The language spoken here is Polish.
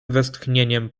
westchnieniem